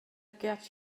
get